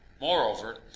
moreover